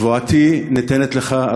שבועתי ניתנת לך,